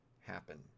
happen